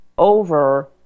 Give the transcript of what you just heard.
over